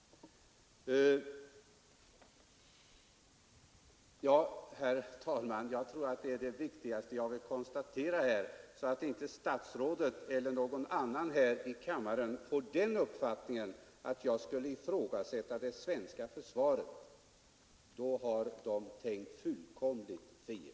SSE Herr talman, jag ville göra detta viktiga konstaterande, så att inte Ang. integritets statsrådet eller någon annan här i kammaren får den uppfattningen att jag skulle ifrågasätta det svenska försvarets krigsduglighet. Det är mig fullkomligt främmande.